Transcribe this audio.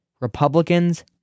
Republicans